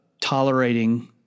tolerating